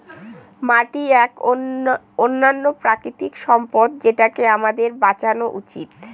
মাটি এক অনন্য প্রাকৃতিক সম্পদ যেটাকে আমাদের বাঁচানো উচিত